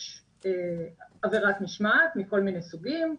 יש עבירת משמעת מכל מיני סוגים,